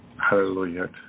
Hallelujah